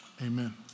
Amen